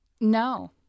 No